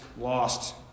lost